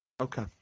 Okay